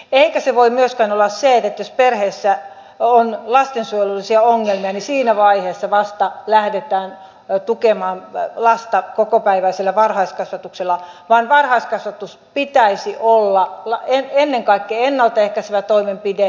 eikä se voi myöskään olla se että jos perheessä on lastensuojelullisia ongelmia niin siinä vaiheessa vasta lähdetään tukemaan lasta kokopäiväisellä varhaiskasvatuksella vaan varhaiskasvatuksen pitäisi olla ennen kaikkea ennalta ehkäisevä toimenpide